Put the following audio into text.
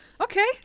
Okay